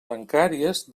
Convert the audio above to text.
bancàries